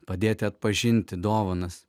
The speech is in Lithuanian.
padėti atpažinti dovanas